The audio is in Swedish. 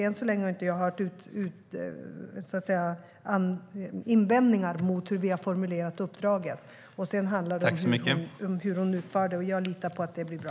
Än så länge har jag inte hört några invändningar mot hur vi formulerat uppdraget. Sedan handlar det om hur hon utför det. Jag litar på att det blir bra.